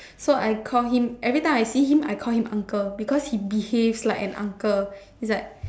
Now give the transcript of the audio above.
so I call him every time I see him I call him uncle because he behaves like an uncle is like